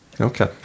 okay